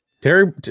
Terry